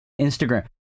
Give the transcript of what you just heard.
Instagram